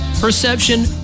Perception